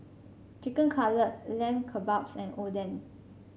Chicken Cutlet Lamb Kebabs and Oden